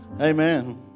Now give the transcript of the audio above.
Amen